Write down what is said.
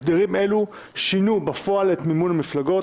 הסדרים אלה שינו בפועל את מימון הבחירות,